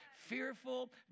Fearful